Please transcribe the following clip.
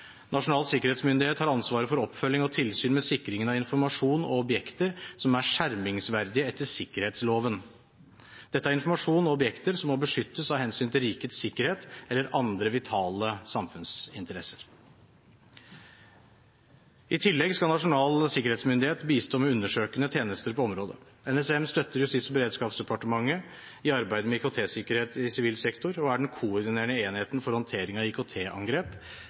Nasjonal sikkerhetsmyndighet har ansvaret for oppfølging av og tilsyn med sikringen av informasjon og objekter som er skjermingsverdige etter sikkerhetsloven. Dette er informasjon om objekter som må beskyttes av hensyn til rikets sikkerhet eller andre vitale samfunnsinteresser. I tillegg skal Nasjonal sikkerhetsmyndighet bistå med undersøkende tjenester på området. NSM støtter Justis- og beredskapsdepartementet i arbeidet med IKT-sikkerhet i sivil sektor og er den koordinerende enheten for håndtering av